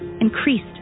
increased